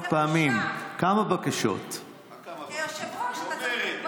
אני שואלת אותך.